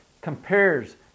compares